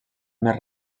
més